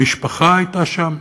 המשפחה הייתה שם,